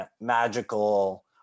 magical